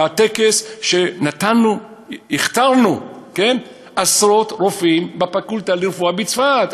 בטקס שבו הכתרנו עשרות רופאים בפקולטה לרפואה בצפת.